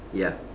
ya